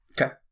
Okay